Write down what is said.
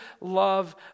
love